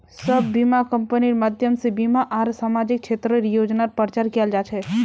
सब बीमा कम्पनिर माध्यम से बीमा आर सामाजिक क्षेत्रेर योजनार प्रचार कियाल जा छे